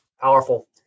Powerful